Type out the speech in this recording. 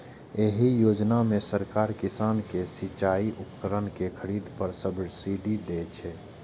एहि योजना मे सरकार किसान कें सिचाइ उपकरण के खरीद पर सब्सिडी दै छै